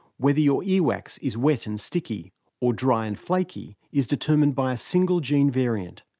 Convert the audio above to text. whether your earwax is wet and sticky or dry and flaky is determined by a single gene variant.